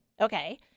Okay